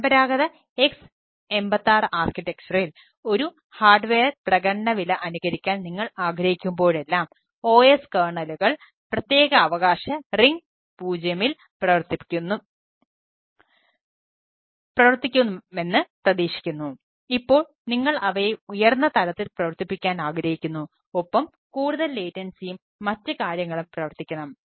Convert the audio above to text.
പരമ്പരാഗത x86 ആർക്കിടെക്ചറിൽ മറ്റ് കാര്യങ്ങളും പ്രവർത്തിക്കണം